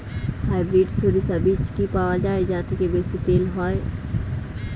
Hybrid শরিষা বীজ কি পাওয়া য়ায় যা থেকে বেশি তেল হয়?